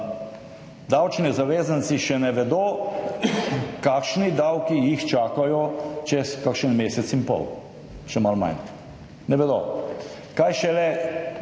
davčni zavezanci še ne vedo, kakšni davki jih čakajo čez kakšen mesec in pol, še malo manj. Ne vedo.